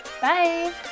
Bye